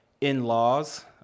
in-laws